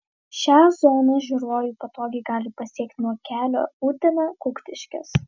šią zoną žiūrovai patogiai gali pasiekti nuo kelio utena kuktiškės